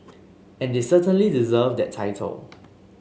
and they certainly deserve that title